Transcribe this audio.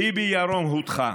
ביבי, ירום הודך,